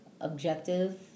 objective